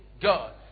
God